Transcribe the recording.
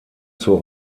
zur